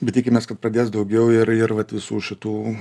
bet tikimės kad pradės daugiau ir ir vat visų šitų